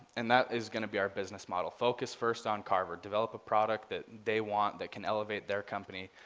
and that is going to be our business model, focus first on carver, develop a product that they want, that can elevate their company,